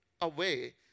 away